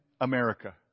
America